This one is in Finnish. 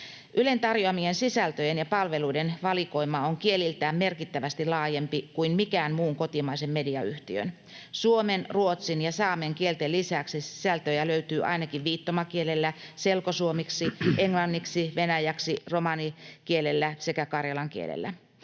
Ylen tarjoamien sisältöjen ja palveluiden valikoima on kieliltään merkittävästi laajempi kuin minkään muun kotimaisen mediayhtiön. Suomen, ruotsin ja saamen kielten lisäksi sisältöjä löytyy ainakin viittomakielellä, selkosuomeksi, englanniksi, venäjäksi, romanikielellä sekä karjalan kielellä.